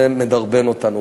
זה מדרבן אותנו.